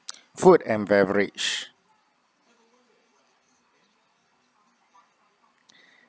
food and beverage